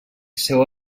seu